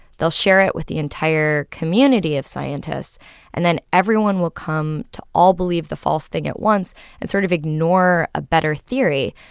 they'll share it with the entire community of scientists and then everyone will come to all believe the false thing at once and sort of ignore a better theory.